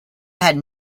had